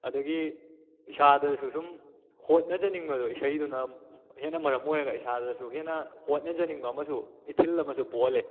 ꯑꯗꯒꯤ ꯏꯁꯥꯗꯁꯨ ꯁꯨꯝ ꯍꯣꯠꯅꯖꯅꯤꯡꯕꯗꯣ ꯏꯁꯩꯗꯨꯅ ꯍꯦꯟꯅ ꯃꯔꯝ ꯑꯣꯏꯔꯒ ꯏꯁꯥꯗꯁꯨ ꯍꯦꯟꯅ ꯍꯣꯠꯅꯖꯅꯤꯡꯕ ꯑꯃꯁꯨ ꯏꯊꯤꯜ ꯑꯃꯁꯨ ꯄꯣꯛꯍꯜꯂꯦ